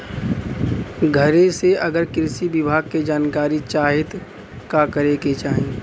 घरे से अगर कृषि विभाग के जानकारी चाहीत का करे के चाही?